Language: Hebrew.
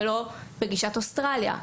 ולא בגישת אוסטרליה.